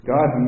God